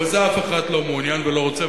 אבל בזה אף אחד לא מעוניין ולא רוצה,